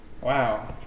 Wow